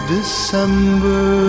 December